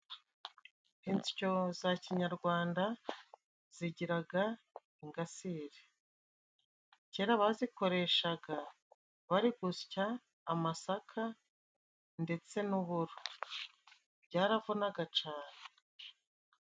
Insyo za kinyarwanda zigiraga ingasiri kera abazikoreshaga bari gusya amasaka ndetse n'uburo byaravunaga cane.